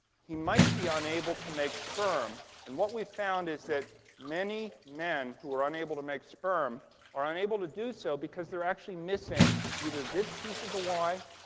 he might be unable to make sperm. and what we've found is that many men who are unable to make sperm are unable to do so because they're actually missing either this piece of the y,